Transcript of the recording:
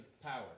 power